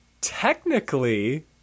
technically